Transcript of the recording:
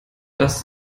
das